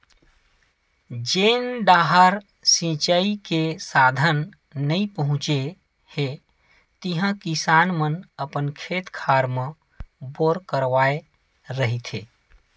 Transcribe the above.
जेन डाहर सिचई के साधन नइ पहुचे हे तिहा किसान मन अपन खेत खार म बोर करवाए रहिथे